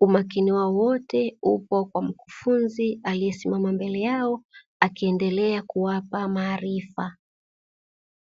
umakini wao wote upo kwa mkufunzi aliyesimama mbele yao akiendelea kuwapa maarifa.